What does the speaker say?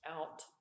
out